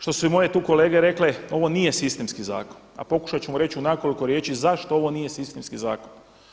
Što su i moje tu kolege rekle ovo nije sistemski zakon, a pokušat ćemo reći u nekoliko riječi zašto ovo nije sistemski zakon?